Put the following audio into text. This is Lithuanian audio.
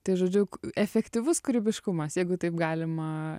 tai žodžiu efektyvus kūrybiškumas jeigu taip galima